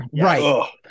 Right